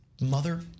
Mother